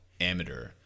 amateur